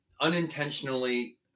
unintentionally